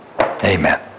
Amen